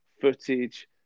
footage